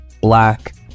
black